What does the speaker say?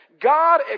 God